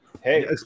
Hey